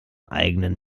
eigenen